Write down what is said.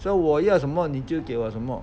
所以我要什么你就给我什么